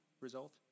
Result